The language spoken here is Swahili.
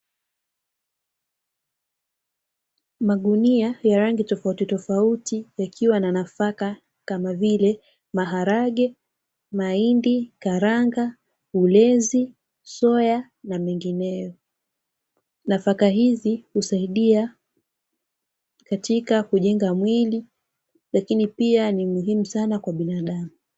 Magunia ya rangi tofautitofauti yakiwa na nafaka kama vile: maharage, mahindi, karanga, ulezi, soya na mengineyo. Nafaka hizi husaidia katika kujenga mwili, lakini pia ni muhimu sana kwa binadamu.